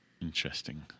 Interesting